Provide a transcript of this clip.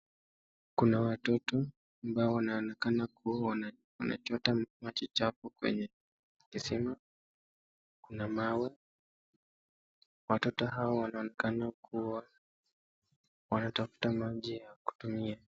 Kuna watoto ambo wanaonekaka kuwa wanachota maji chafu kwenye kisima kuna mawe. Watoto hawa wanaonekana kuwa wanatafuta maji ya kutumia.